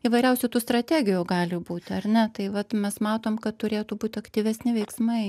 įvairiausių tų strategijų gali būti ar ne tai vat mes matom kad turėtų būt aktyvesni veiksmai